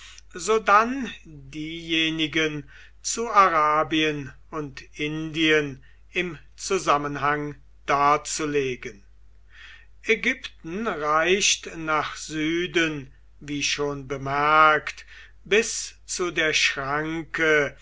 sodann diejenigen zu arabien und indien im zusammenhang darzulegen ägypten reicht nach süden wie schon bemerkt bis zu der schranke